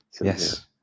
yes